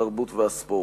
התרבות והספורט.